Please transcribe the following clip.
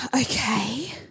Okay